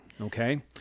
Okay